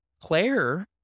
Claire